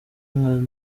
nka